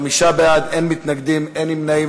חמישה בעד, אין מתנגדים, אין נמנעים.